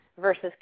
versus